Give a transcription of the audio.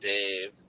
Dave